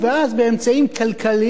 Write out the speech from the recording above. אז באמצעים כלכליים,